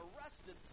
arrested